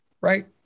right